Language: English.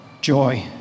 joy